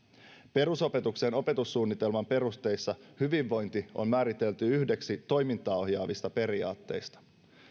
perusopetuksen opetussuunnitelman perusteissa hyvinvointi on määritelty yhdeksi toimintaa ohjaavista periaatteista